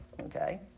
Okay